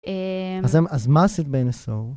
אז מה עשית ב-NSO?